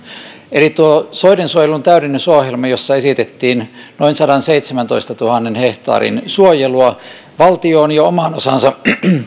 eli tuo soidensuojelun täydennysohjelma jossa esitettiin noin sadanseitsemäntoistatuhannen hehtaarin suojelua valtio on jo oman osansa